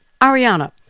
Ariana